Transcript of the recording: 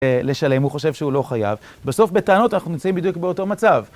לשלם, הוא חושב שהוא לא חייב. בסוף בטענות אנחנו נמצאים בדיוק באותו מצב.